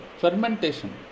fermentation